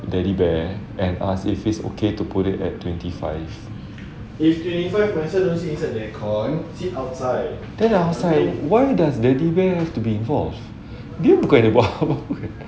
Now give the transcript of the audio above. daddy bear and asked if it's okay to put it at twenty five then I was like why does daddy bear have to be involved dia bukannya buat apa-apa